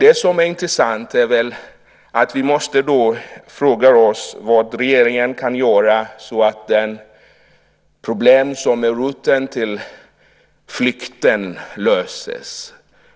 Det som är intressant är väl att vi måste fråga oss vad regeringen kan göra för att de problem som är roten till flykten blir lösta.